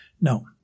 No